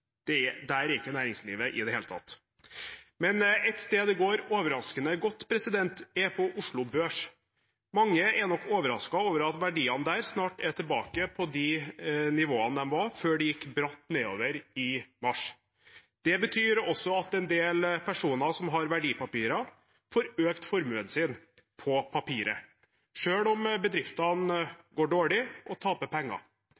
Der er ikke næringslivet i det hele tatt. Men et sted det går overraskende godt, er på Oslo Børs. Mange er nok overrasket over at verdiene der snart er tilbake på de nivåene de var før det gikk bratt nedover i mars. Det betyr også at en del personer som har verdipapirer, får økt formuen sin – på papiret – selv om bedriftene går dårlig og taper penger.